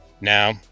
Now